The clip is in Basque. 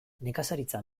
nekazaritza